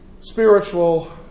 spiritual